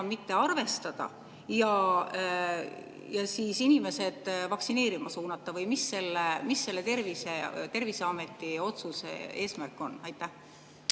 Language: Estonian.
mitte arvestada ja inimesed vaktsineerima suunata või mis selle Terviseameti otsuse eesmärk on? Aitäh,